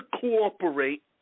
cooperate